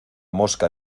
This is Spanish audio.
mosca